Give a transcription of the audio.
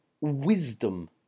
wisdom